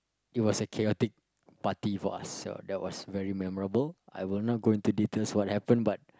it was a chaotic party for us so that was very memorable I will not go into details what happened but